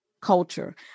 culture